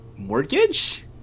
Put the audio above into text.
mortgage